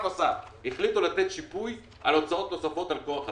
החליטו לתת שיפוי על הוצאות לכוח אדם,